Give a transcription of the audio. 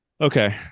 okay